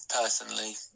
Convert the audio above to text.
personally